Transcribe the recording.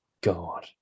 God